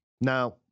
Now